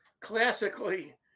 Classically